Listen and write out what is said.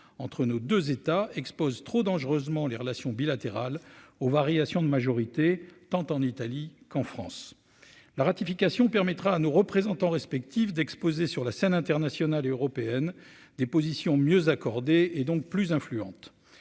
entre nos 2 États expose trop dangereusement les relations bilatérales aux variations de majorité tant en Italie qu'en France la ratification permettra à nos représentants respectifs d'exposer sur la scène internationale et européenne des positions mieux accordé et donc plus influentes